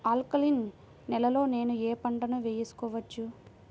Alkaline నేలలో నేనూ ఏ పంటను వేసుకోవచ్చు?